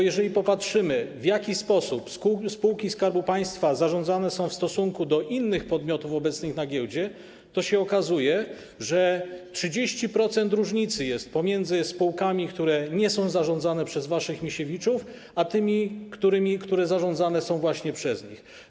Jeżeli popatrzymy, w jaki sposób spółki Skarbu Państwa zarządzane są w stosunku do innych podmiotów obecnych na giełdzie, to okazuje się, że jest 30% różnicy pomiędzy spółkami, które nie są zarządzane przez waszych Misiewiczów, a tymi, które zarządzane są właśnie przez nich.